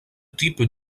type